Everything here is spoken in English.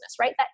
right